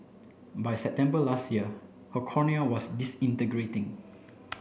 by September last year her cornea was disintegrating